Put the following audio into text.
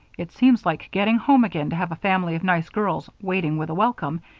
it seems like getting home again to have a family of nice girls waiting with a welcome,